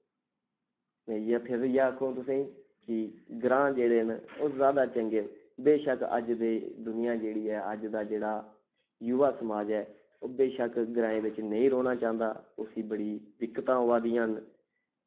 में इयै फिर इयै आखोंग तुसेंई कि ग्रां जेह्ड़े न ओह् ज्यादा चंगे न बेशक अज्ज दे दुनिया जेह्ड़ी ऐ अज्ज दा जेह्ड़ा युवा समाज ऐ ओह् बेशक ग्राएं बिच नेईं रौह्ना चांह्दा उसी बड़ी दिक्कतां आवै दियां न